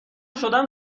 شدم